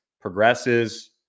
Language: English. progresses